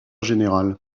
général